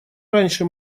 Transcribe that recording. раньше